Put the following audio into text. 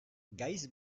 gaiz